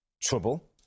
trouble